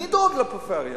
אני דואג לפריפריה.